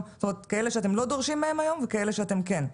כאלה שאתם לא דורשים מהם היום ומכאלה שאתם כן.